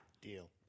deal